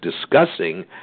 discussing